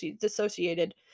dissociated